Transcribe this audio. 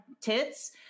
tits